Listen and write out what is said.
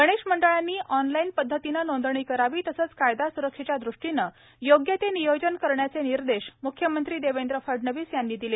गणेश मंडळांनी ऑनलाईन पद्धतीने नोंदणी करावी तसेच कायदा सुरक्षेच्या दृष्टिने योग्य ते नियोजन करण्याचे निर्देश म्ख्यमंत्री देवेंद्र फडणवीस यांनी दिले